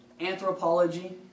anthropology